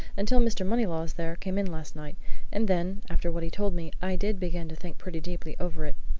until mr. moneylaws there came in last night and then, after what he told me, i did begin to think pretty deeply over it,